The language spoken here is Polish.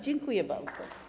Dziękuję bardzo.